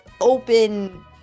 open